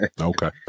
Okay